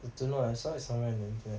I don't know I saw it somewhere in the internet